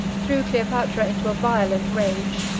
threw cleopatra into a violent rage.